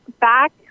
Back